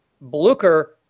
Blucher